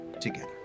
together